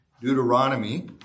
Deuteronomy